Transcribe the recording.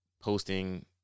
posting